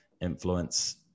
influence